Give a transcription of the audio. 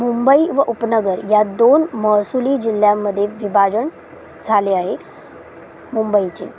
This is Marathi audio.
मुंबई व उपनगर या दोन महसुली जिल्ह्यामध्ये विभाजन झाले आहे मुंबईचे